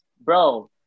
Bro